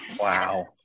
Wow